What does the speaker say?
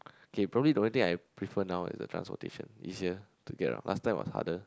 okay probably the main thing I prefer now is a transportation this year to get of last time was harder